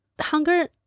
hunger